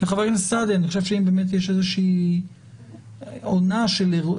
חבר הכנסת סעדי אני חושב באמת שאם יש איזושהי עונה של אירועים,